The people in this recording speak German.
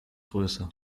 größer